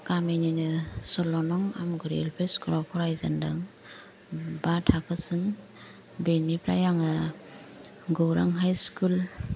गामिनिनो सल्ल' नं आमगुरि एलपि स्कुल आव फरायजेनदों बा थाखोसिम बेनिफ्राय आङो गौरां हाई स्कुल